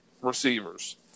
receivers